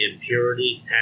impurity